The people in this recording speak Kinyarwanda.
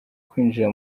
kwinjira